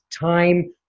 time